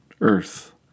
earth